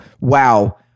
wow